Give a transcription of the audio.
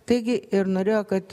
taigi ir norėjo kad